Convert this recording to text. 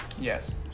Yes